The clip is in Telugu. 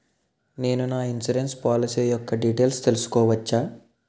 నేను నా ఇన్సురెన్స్ పోలసీ యెక్క డీటైల్స్ తెల్సుకోవచ్చా?